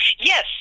Yes